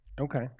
Okay